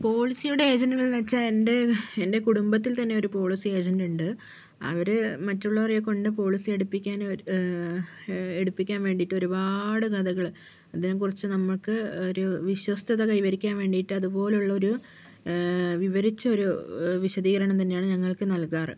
പോളിസിയുടെ ഏജൻറ്റുകളെന്നുവെച്ചാൽ എൻ്റെ എൻ്റെ കുടുംബത്തിൽ തന്നെ ഒരു പോളിസി ഏജൻറ്റുണ്ട് അവര് മറ്റുള്ളവരെ കൊണ്ട് പോളിസി എടുപ്പിക്കാന് എടുപ്പിക്കാൻ വേണ്ടിട്ട് ഒരുപാട് കഥകള് അതിനെ കുറിച്ച് നമുക്ക് ഒരു വിശ്വസ്തത കൈവരിക്കാൻ വേണ്ടിയിട്ട് അതുപോലുള്ള ഒരു വിവരിച്ച് ഒരു വിശദീകരണം തന്നെയാണ് ഞങ്ങൾ ക്ക് നൽകാറ്